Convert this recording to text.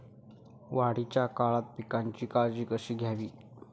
वाढीच्या काळात पिकांची काळजी कशी घ्यावी?